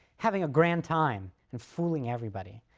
having a grand time and fooling everybody,